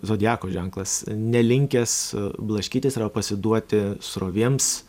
zodiako ženklas nelinkęs blaškytis arba pasiduoti srovėms